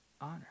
Honor